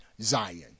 Zion